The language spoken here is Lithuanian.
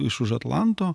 iš už atlanto